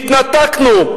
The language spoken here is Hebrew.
התנתקנו.